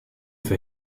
for